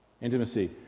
Intimacy